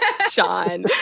Sean